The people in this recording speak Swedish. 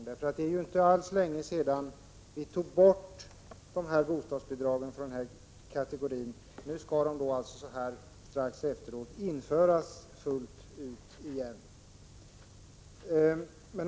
Det är inte alls länge sedan bostadsbidragen togs bort för denna kategori, och nu skall de alltså strax efteråt införas fullt ut igen.